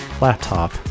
laptop